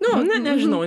nu ne nežinau